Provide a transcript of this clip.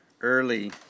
Early